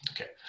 Okay